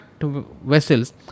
vessels